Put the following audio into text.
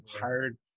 tired